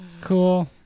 Cool